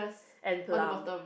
and plump